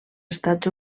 estats